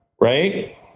right